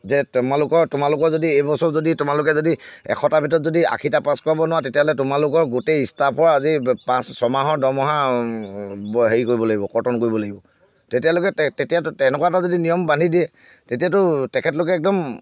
যে তোমালোকৰ তোমালোকৰ যদি এইবছৰ যদি তোমালোকে যদি এশটাৰ ভিতৰত যদি আশীটা পাছ কৰাব নোৱাৰা তেতিয়াহ'লে তোমালোকৰ গোটেই ষ্টাফৰ আজি পাঁচ ছয়মাহৰ দৰমহা হেৰি কৰিব লাগিব কৰ্তন কৰিব লাগিব তেতিয়ালৈকে তেতিয়া তেনেকুৱা এটা যদি নিয়ম বান্ধি দিয়ে তেতিয়াতো তেখেতলোকে একদম